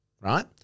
right